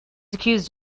accused